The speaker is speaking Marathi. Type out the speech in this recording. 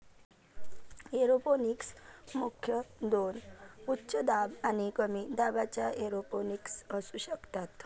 एरोपोनिक्स मुख्यतः दोन उच्च दाब आणि कमी दाबाच्या एरोपोनिक्स असू शकतात